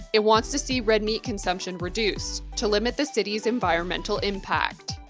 it wants to see red meat consumption reduced to limit the city's environmental impact.